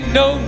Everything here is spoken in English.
no